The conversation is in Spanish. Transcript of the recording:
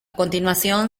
continuación